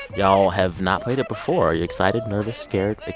y'all have not played it before. are you excited, nervous, scared,